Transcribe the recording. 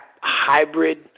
hybrid